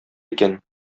икән